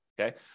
okay